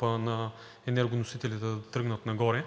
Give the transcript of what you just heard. на енергоносителите и в Европа